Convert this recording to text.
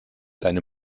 deine